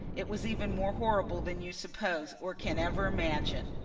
it was even more horrible than you suppose or can ever imagine.